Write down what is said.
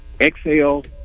exhale